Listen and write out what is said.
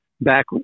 back